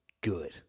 good